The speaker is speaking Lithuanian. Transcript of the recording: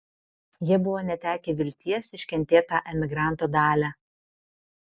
jie buvo netekę vilties iškentėt tą emigranto dalią